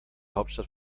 hauptstadt